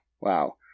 wow